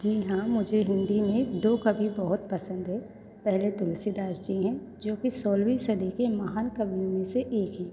जी हाँ मुझे हिन्दी में दो कवि बहुत पसंद है पहले तुलसी दास जी हैं जोकि सोलहवीं सदी के महान कवियों में से एक हैं